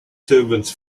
servants